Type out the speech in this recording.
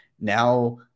Now